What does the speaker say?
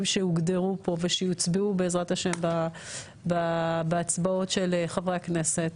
שהוגדרו פה ושיוצבעו בעזרת ה' בהצבעות של חברי הכנסת,